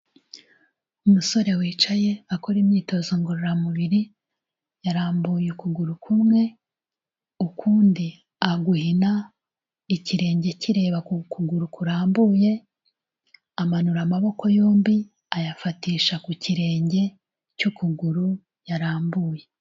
Umusore wicaye akora imyitozo ngororamubiri, yarambuye ukuguru kumwe, ukundi aguhina ikirenge kireba ku kuguru kurambuye, amanura amaboko yombi ayafatisha ku kirenge cy'ukuguru yarambuye.